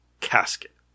casket